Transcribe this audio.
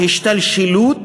ההשתלשלות